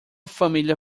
família